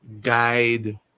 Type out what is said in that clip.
guide